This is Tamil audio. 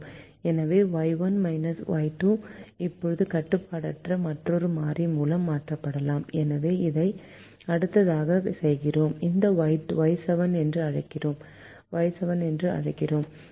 எனவே Y1 Y2 இப்போது கட்டுப்பாடற்ற மற்றொரு மாறி மூலம் மாற்றப்படலாம் எனவே அதை அடுத்ததாக செய்கிறோம் அதை Y7 என்று அழைக்கிறோம்